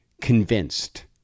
convinced